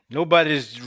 Nobody's